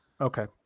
Okay